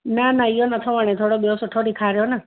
न न इयो नथो वणे थोरो ॿियो सुठो ॾेखारियो न